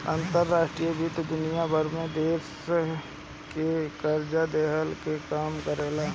अंतर्राष्ट्रीय वित्त दुनिया भर के देस के कर्जा देहला के काम करेला